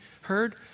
heard